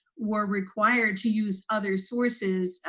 were required, to use other sources,